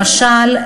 למשל,